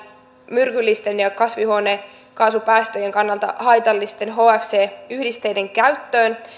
myrkyllisten ja ja kasvihuonekaasupäästöjen kannalta haitallisten hfc yhdisteiden käyttöön